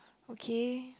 okay